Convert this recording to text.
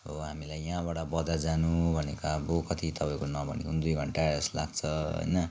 अब हामीलाई यहाँबाट बजार जानु भनेको अब कति तपाईँको नभनेको पनि दुई घन्टा जस्तो लाग्छ होइन